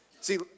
See